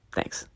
Thanks